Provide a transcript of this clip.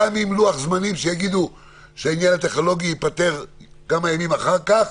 גם עם לוח זמנים ויגידו שהעניין הטכנולוגי ייפתר כמה ימים אחר כך.